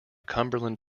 cumberland